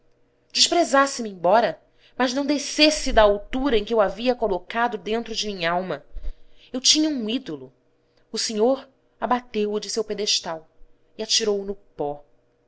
perdoar desprezasse me embora mas não descesse da altura em que o havia colocado dentro de minha alma eu tinha um ídolo o senhor abateu o de seu pedestal e atirou-o no pó